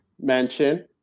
mention